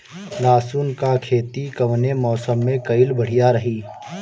लहसुन क खेती कवने मौसम में कइल बढ़िया रही?